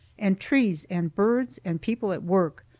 and trees, and birds, and people at work.